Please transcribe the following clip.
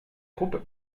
croupe